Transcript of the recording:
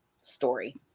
story